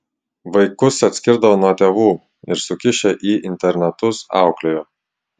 vaikus atskirdavo nuo tėvų ir sukišę į internatus auklėjo